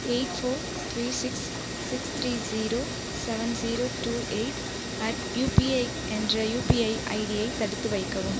eight four three six six three zero seven zero two eight at UPI என்ற UPI ஐடியை தடுத்து வைக்கவும்